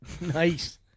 Nice